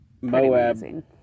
Moab